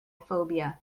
phobia